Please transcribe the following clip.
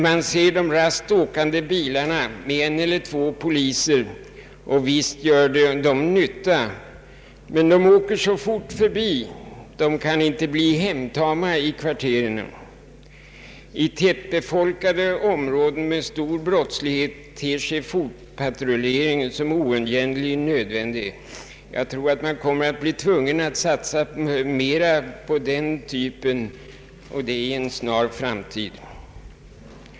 Man ser de raskt åkande bilarna med en eller två poliser. Visst gör dessa bilpatruller nytta, men de åker så fort förbi och kan inte bli hemtama i kvarteren. I tättbefolkade områden med stor brottslighet ter sig fotpatrullering som oundgängligen nödvändig. Man kommer att tvingas att satsa mer på den typen, och det i en snar framtid.